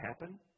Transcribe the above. happen